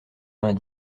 vingt